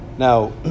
Now